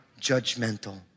judgmental